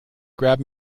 grab